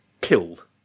killed